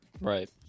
Right